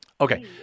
Okay